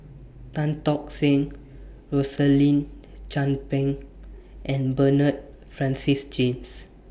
Tan Tock Seng Rosaline Chan Pang and Bernard Francis James